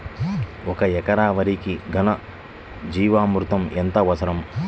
ఒక ఎకరా వరికి ఘన జీవామృతం ఎంత అవసరం?